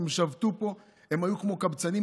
הם שבתו פה, הם היו כמו קבצנים.